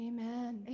Amen